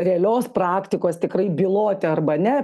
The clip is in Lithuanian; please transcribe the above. realios praktikos tikrai byloti arba ne